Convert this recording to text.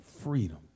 freedom